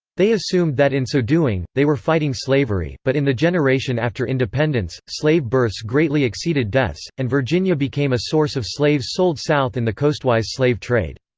they assumed that in so doing, they were fighting slavery, but in the generation after independence, slave births greatly exceeded deaths, and virginia became a source of slaves sold south in the coastwise slave trade.